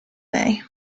may